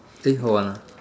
eh hold on ah